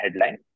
headline